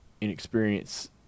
inexperience –